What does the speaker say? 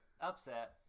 upset